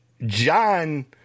John